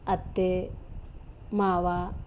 ಅತ್ತೆ ಮಾವ